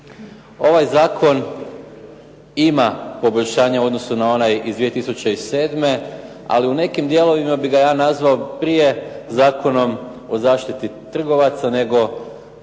Ovaj zakon ima poboljšanje u odnosu na onaj iz 2007. Ali u nekim dijelovima bih ga ja nazvao prije zakonom o zaštiti trgovaca, nego